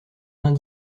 vingt